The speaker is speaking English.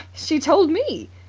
she told me!